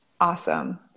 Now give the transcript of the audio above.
Awesome